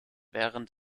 während